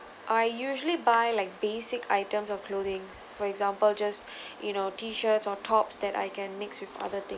I usually buy like basic items of clothing for example just you know T-shirts or tops that I can mix with other things